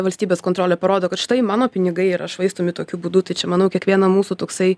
valstybės kontrolė parodo kad štai mano pinigai yra švaistomi tokiu būdu tai čia manau kiekvieno mūsų toksai